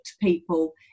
people